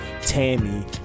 tammy